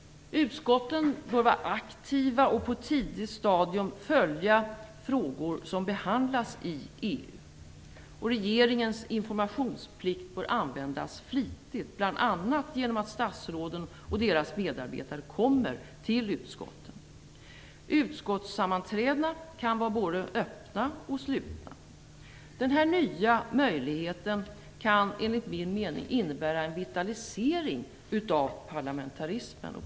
Utskotten bör vara aktiva och på ett tidigt stadium följa frågor som behandlas i EU. Regeringens informationsplikt bör användas flitigt, bl.a. genom att statsråden och deras medarbetare kommer till utskotten. Utskottssammanträdena kan vara både öppna och slutna. Denna nya möjlighet kan enligt min mening innebära en vitalisering av parlamentarismen.